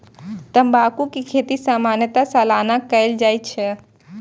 तंबाकू के खेती सामान्यतः सालाना कैल जाइ छै